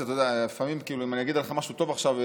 אם אני אגיד עליך משהו טוב עכשיו,